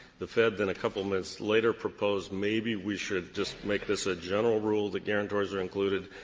the fed then, a couple minutes later, proposed maybe we should just make this a general rule that guarantors are included.